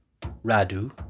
Radu